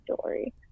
story